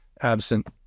absent